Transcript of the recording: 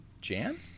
Jan